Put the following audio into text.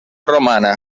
romana